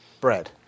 bread